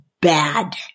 bad